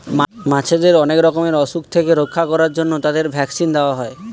মাছেদের অনেক রকমের অসুখ থেকে রক্ষা করার জন্য তাদের ভ্যাকসিন দেওয়া হয়